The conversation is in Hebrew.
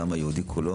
לעם היהודי כולו,